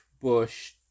Bush